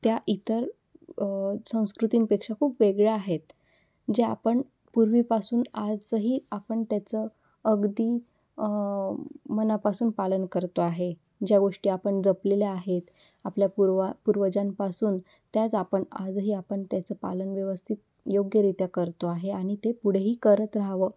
त्या इतर संस्कृतींपेक्षा खूप वेगळ्या आहेत जे आपण पूर्वीपासून आजही आपण त्याचं अगदी मनापासून पालन करतो आहे ज्या गोष्टी आपण जपलेल्या आहेत आपल्या पूर्वा पूर्वजांपासून त्याच आपण आजही आपण त्याचं पालन व्यवस्थित योग्यरीत्या करतो आहे आणि ते पुढेही करत राहावं